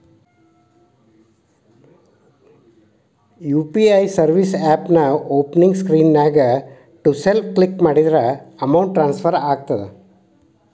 UPI service ಆಪ್ನ್ಯಾಓಪನಿಂಗ್ ಸ್ಕ್ರೇನ್ನ್ಯಾಗ to self click ಮಾಡಿದ್ರ ಅಮೌಂಟ್ ಟ್ರಾನ್ಸ್ಫರ್ ಆಗತ್ತ